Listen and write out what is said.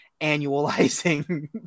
annualizing